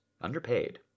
underpaid